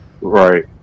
Right